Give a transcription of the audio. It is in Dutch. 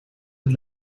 het